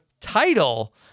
title